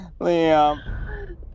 Liam